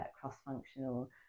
cross-functional